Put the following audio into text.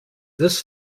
this